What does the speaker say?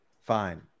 fine